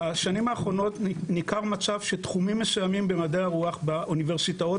בשנים האחרונות ניכר מצב שתחומים מסוימים במדעי הרוח באוניברסיטאות